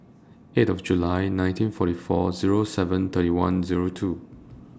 eight of July nineteen forty four Zero seven thirty one Zero two